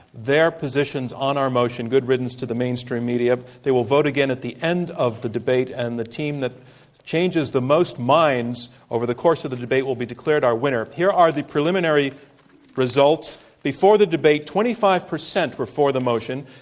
their positions on our motion, good riddance to the mainstream media. they will vote again at the end of the debate and the team that changes the most minds over the course of the debate will be declared our winner. here are the preliminary results. before the debate twenty five percent were for the motion,